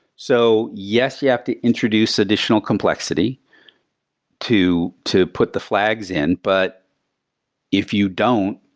so yes, you have to introduce additional complexity to to put the flags in, but if you don't,